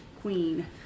queen